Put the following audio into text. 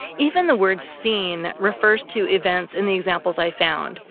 even the word scene refers to events in the examples i found,